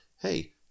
hey